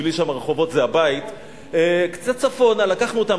בשבילי שם הרחובות זה הבית, קצת צפונה לקחנו אותם.